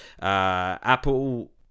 Apple